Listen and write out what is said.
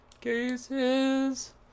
cases